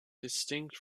distinct